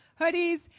hoodies